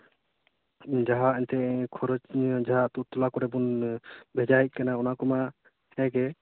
ᱡᱟᱦᱟᱸ ᱮᱱᱛᱮᱫ ᱠᱷᱚᱨᱚᱪ ᱡᱟᱦᱟᱸ ᱟᱹᱛᱩᱴᱚᱞᱟ ᱠᱚᱨᱮᱵᱚᱱ ᱵᱷᱮᱡᱟᱭᱮᱫ ᱠᱟᱱᱟ ᱚᱱᱟ ᱠᱚᱨᱮ ᱢᱟ ᱦᱮᱸᱜᱮ